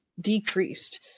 decreased